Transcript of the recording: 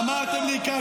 אמרתם לי כך,